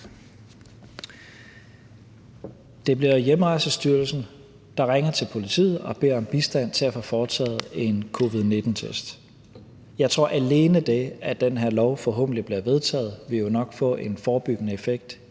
Det bliver Hjemrejsestyrelsen, der ringer til politiet og beder om bistand til at få foretaget en covid-19-test. Jeg tror, at alene det, at den her lov forhåbentlig bliver vedtaget, vil have en forebyggende effekt,